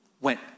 went